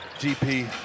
GP